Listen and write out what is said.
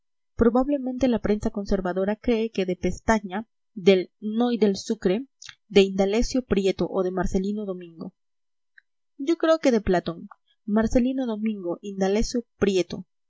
probablemente la prensa conservadora cree que de pestaña del noy del sucre de indalecio prieto o de marcelino domingo yo creo que de platón marcelino domingo indalecio prieto